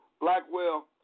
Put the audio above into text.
Blackwell